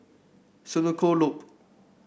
Senoko Loop